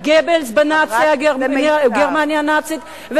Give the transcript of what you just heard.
כך עשה גבלס בגרמניה הנאצית,